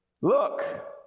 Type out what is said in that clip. Look